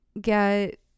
get